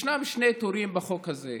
ישנם שני טורים בחוק הזה: